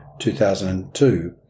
2002